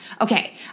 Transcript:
Okay